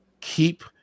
keep